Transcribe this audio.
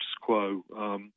quo